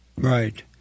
Right